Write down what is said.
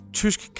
tysk